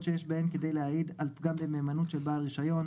שיש בהן כדי להעיד על פגם במהימנותו של בעל רישיון,